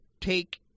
take